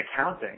accounting